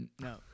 No